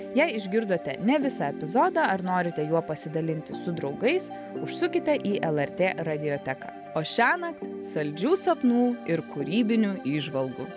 jei išgirdote ne visą epizodą ar norite juo pasidalinti su draugais užsukite į lrt radioteką o šiąnakt saldžių sapnų ir kūrybinių įžvalgų